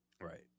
right